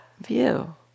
view